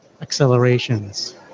accelerations